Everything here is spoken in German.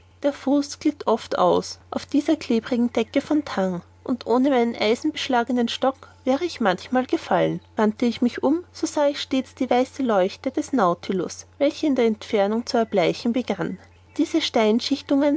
der fuß glitt oft aus auf dieser klebrigen decke von tang und ohne meinen eisenbeschlagenen stock wäre ich manchmal gefallen wandte ich mich um so sah ich stets die weißliche leuchte des nautilus welche in der entfernung zu erbleichen begann diese